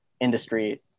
industry